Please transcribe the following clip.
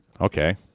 Okay